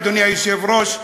אדוני היושב-ראש,